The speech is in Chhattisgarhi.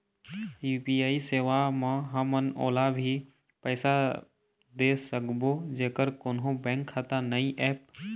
यू.पी.आई सेवा म हमन ओला भी पैसा दे सकबो जेकर कोन्हो बैंक खाता नई ऐप?